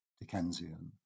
Dickensian